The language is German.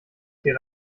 hier